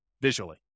visually